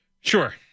Sure